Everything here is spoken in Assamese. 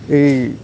এই